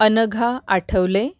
Anagha Athawale